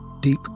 Deep